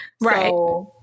Right